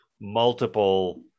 multiple